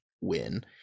win